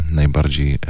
najbardziej